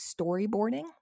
storyboarding